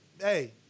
Hey